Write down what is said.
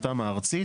התמ"א הארצית,